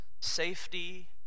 safety